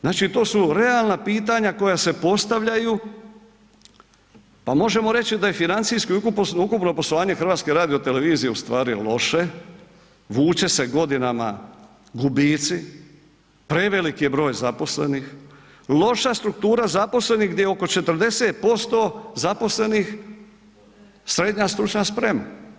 Znači to su realna pitanja koja se postavljaju, pa možemo reći da je financijski ukupno poslovanje HRT-a ustvari loše, vuče se godinama gubici, preveliki je broj zaposlenih, loša struktura zaposlenih gdje oko 40% zaposlenih SSS.